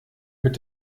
mit